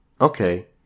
Okay